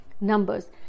numbers